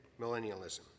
millennialism